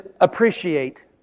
appreciate